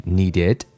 needed